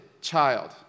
child